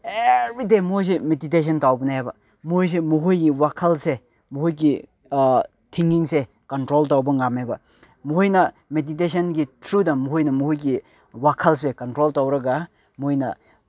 every day ꯃꯣꯏꯁꯦ meditation ꯇꯧꯕꯅꯦꯕ ꯃꯣꯏꯁꯦ ꯃꯈꯣꯏꯒꯤ ꯋꯥꯈꯜꯁꯦ ꯃꯣꯏꯒꯤ ꯊꯤꯡꯀꯤꯡꯁꯦ ꯀꯟꯇ꯭ꯔꯣꯜ ꯇꯧꯕ ꯉꯝꯃꯦꯕ ꯃꯣꯏꯅ ꯃꯦꯗꯤꯇꯦꯁꯟꯒꯤ ꯊ꯭ꯔꯨꯗ ꯃꯣꯏꯅ ꯃꯣꯏꯒꯤ ꯋꯥꯈꯜꯁꯦ ꯀꯟꯇ꯭ꯔꯣꯜ ꯇꯧꯔꯒ ꯃꯣꯏꯅ